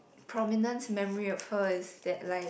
prominent memory of her is that like